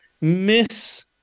miss